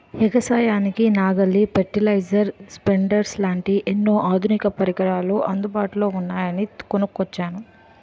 ఎగసాయానికి నాగలి, fertilizer, spreaders లాంటి ఎన్నో ఆధునిక పరికరాలు అందుబాటులో ఉన్నాయని కొనుక్కొచ్చాను